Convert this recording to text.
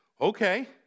Okay